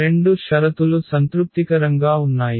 రెండు షరతులు సంతృప్తికరంగా ఉన్నాయి